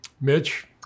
Mitch